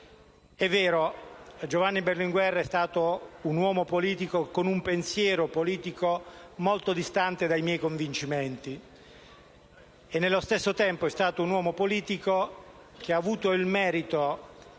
È vero, Giovanni Berlinguer è stato un uomo politico con un pensiero politico molto distante dai miei convincimenti, ma nello stesso tempo ha avuto il merito